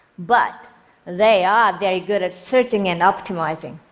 but they are very good at searching and optimizing.